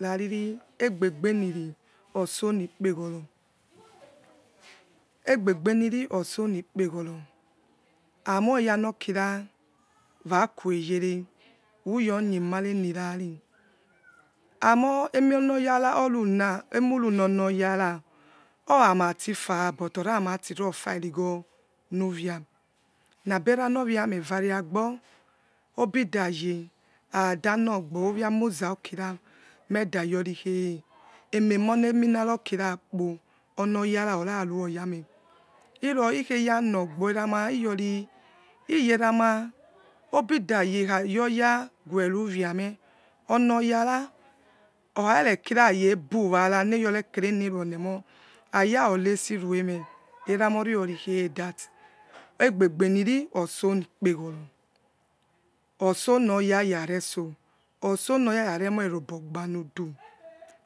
Nariri egbebeniri esonikpeghoro efbebeniri eso nikpegoro amoioyanokira wakueyere uyor nimarenivare amoemi on oyara oruna emurunonoyara orami fa but ovarati nofa irigho mevia nabi eranóniamevareagbo abrida ye akhada nogbo ovihamuza rukira meda yorikhe emiemi onemirra okira kpo onoyara oraruo yame okkavere kira aya cebywars mejorekene nenio memon anger alwaysi riemen erano neoyo es that egbebeniri otso nikpeghoro otsonowya rane too ofsanoyavare moinobogbanudu